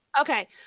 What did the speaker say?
Okay